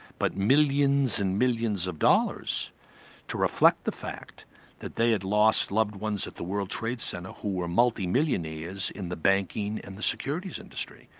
but millions and millions of dollars to reflect the fact that they had lost loved ones at the world trade center who were multimillionaires in the banking and the securities industry.